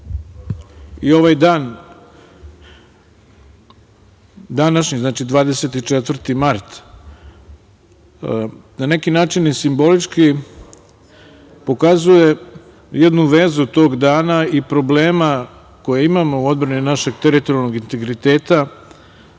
i ovaj dan današnji, 24. mart, na neki način simbolički pokazuje jednu vezu tog dana i problema koji imamo u odbrani našeg teritorijalnog integriteta